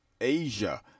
Asia